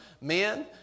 Men